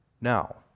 Now